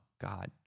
God